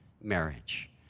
marriage